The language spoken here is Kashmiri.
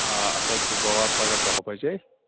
آ اَسا تہٕ بہٕ واتہٕ پگاہ دَہ بَجے